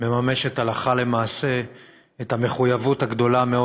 מממשת הלכה למעשה את המחויבות הגדולה מאוד